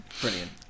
Brilliant